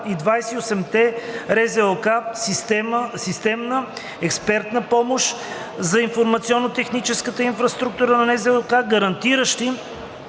и 28-те РЗОК, системна, експертна помощ за информационно-техническата инфраструктура на НЗОК, гарантиращи